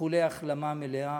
איחולי החלמה מלאה.